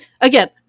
again